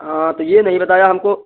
हाँ तो ये नहीं बताया हमको